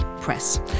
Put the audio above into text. Press